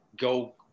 go